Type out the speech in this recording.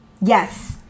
yes